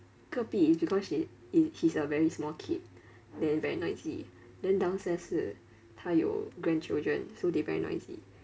隔壁 is because she i~ he's a very small kid then very noisy then downstairs 是他有 grandchildren so they very noisy